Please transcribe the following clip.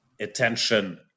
attention